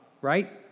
Right